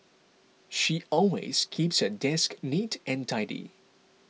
she always keeps her desk neat and tidy